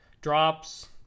drops